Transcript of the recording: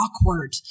awkward